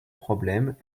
problème